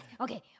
Okay